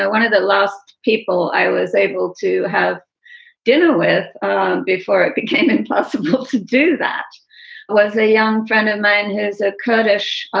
ah one of the last people i was able to have dinner with before it became impossible to do that was a young friend of mine who's a kurdish